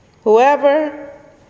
Whoever